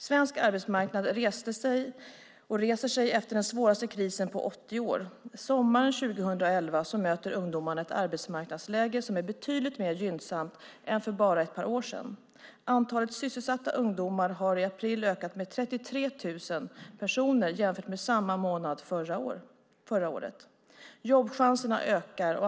Svensk arbetsmarknad reser sig efter den svåraste krisen på 80 år. Sommaren 2011 möter ungdomarna ett arbetsmarknadsläge som är betydligt mer gynnsamt än för bara ett år sedan. Antalet sysselsatta ungdomar hade i april ökat med 33 000 personer jämfört med samma månad förra året. Jobbchanserna ökar.